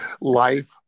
life